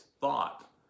thought